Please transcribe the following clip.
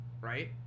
Right